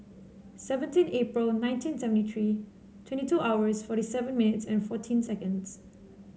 seventeen April nineteen seventy three twenty two hours forty seven minutes and fourteen seconds